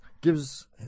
gives